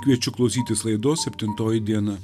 kviečiu klausytis laidos septintoji diena